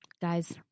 guys